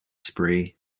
spree